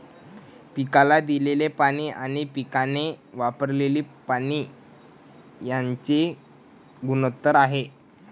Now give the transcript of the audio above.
पिकाला दिलेले पाणी आणि पिकाने वापरलेले पाणी यांचे गुणोत्तर आहे